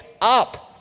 up